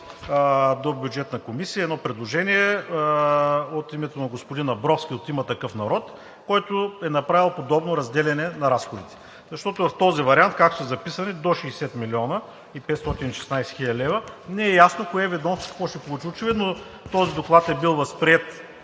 до Бюджетната комисия, едно предложение от името на господин Абровски от „Има такъв народ“, който е направил подобно разделяне на разходите, защото в този вариант, както са записани – до 60 млн. 516 хил. лв., не е ясно кое ведомство какво ще получи. Очевидно този доклад е бил възприет